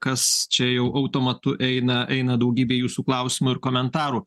kas čia jau automatu eina eina daugybė jūsų klausimų ir komentarų